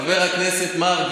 אני חייב להודות, חבר הכנסת מרגי,